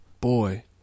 Boy